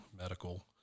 medical